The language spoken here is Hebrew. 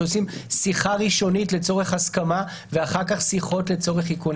שעושים שיחה ראשונית לצורך הסכמה ואחר כך שיחות לצורך איכון?